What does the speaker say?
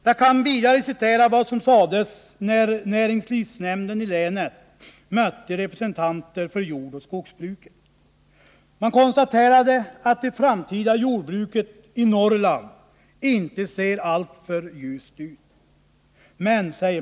Jag kan vidare återge vad som sades när näringslivsnämnden i länet mötte representanter för jordoch skogsbruket. S Nämnden konstaterade att utsikterna för jordbruket i Norrland inte är alltför ljusa.